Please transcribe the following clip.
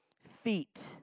feet